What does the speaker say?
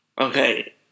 okay